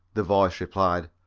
the voice replied.